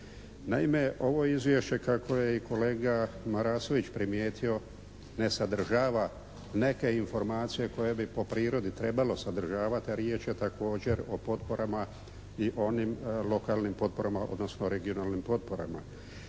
Naime ovo izvješće kako je i kolega Marasović primijetio ne sadržava neke informacije koje bi po prirodi trebalo sadržavati, a riječ je također o potporama i onim lokalnim potporama, odnosno regionalnim potporama.